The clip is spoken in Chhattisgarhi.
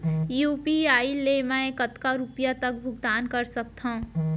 यू.पी.आई ले मैं कतका रुपिया तक भुगतान कर सकथों